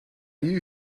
you